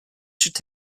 should